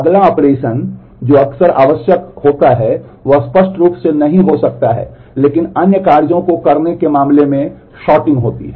अगला ऑपरेशन जो अक्सर आवश्यक होता है वह स्पष्ट रूप से नहीं हो सकता है लेकिन अन्य कार्यों को करने के मामले में सॉर्टिंग होती है